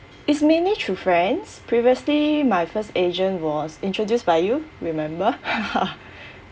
it's mainly through friends previously my first agent was introduced by you remember